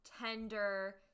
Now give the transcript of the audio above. tender